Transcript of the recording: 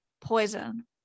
poison